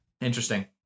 Interesting